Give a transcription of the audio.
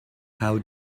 how